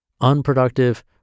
unproductive